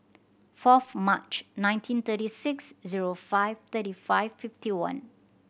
fourth March nineteen thirty six zero five thirty five fifty one